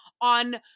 on